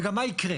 וגם מה יקרה.